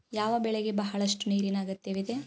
ಯಾವ ಬೆಳೆಗೆ ಬಹಳಷ್ಟು ನೀರಿನ ಅಗತ್ಯವಿದೆ?